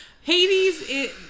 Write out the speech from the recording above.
Hades